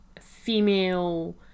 female